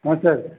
ହଁ ସାର୍